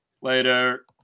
Later